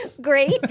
Great